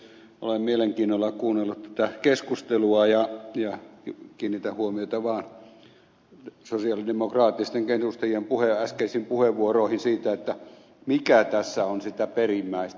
olen mielenkiinnolla kuunnellut tätä keskustelua ja kiinnitän huomiota vaan sosialidemokraattisten edustajien äskeisiin puheenvuoroihin siitä mikä tässä on sitä perimmäistä